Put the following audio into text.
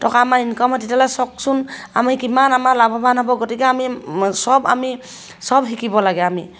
টকা আমাৰ ইনকাম হয় তেতিয়াহ'লে চাওকচোন আমি কিমান আমাৰ লাভৱান হ'ব গতিকে আমি চব আমি চব শিকিব লাগে আমি